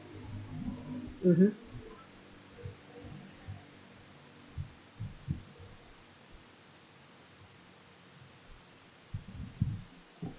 mm hmm